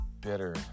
bitter